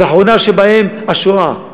והאחרונה שבהן השואה,